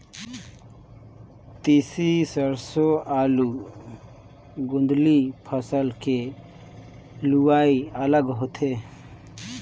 तिसी, सेरसों, आलू, गोदंली फसल के लुवई अलग होथे